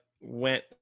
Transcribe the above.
went